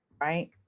right